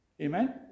Amen